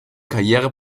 karriere